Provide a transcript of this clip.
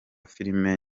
filimi